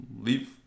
leave